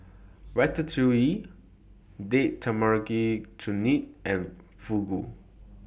Ratatouille Date Tamarind Chutney and Fugu